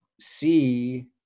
see